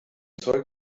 zoll